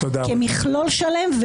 כמכלול שלם,